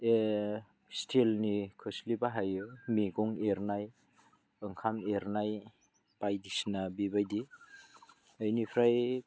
स्टिलनि खोस्लि बाहायो मैगं एरनाय ओंखाम एरनाय बायदिसिना बेबायदि बेनिफ्राय